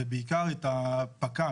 בעיקר את הפק"א,